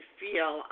feel